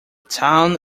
town